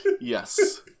Yes